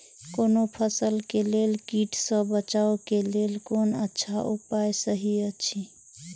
कोनो फसल के लेल कीट सँ बचाव के लेल कोन अच्छा उपाय सहि अछि?